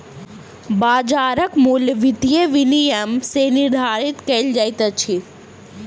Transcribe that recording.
बाजारक मूल्य वित्तीय विनियम सॅ निर्धारित कयल जाइत अछि